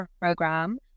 program